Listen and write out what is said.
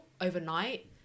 overnight